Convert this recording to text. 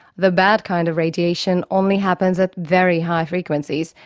the bad kind of radiation only happens at very high frequencies,